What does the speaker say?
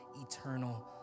eternal